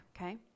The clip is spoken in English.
okay